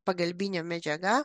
pagalbinė medžiaga